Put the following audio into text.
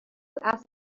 asked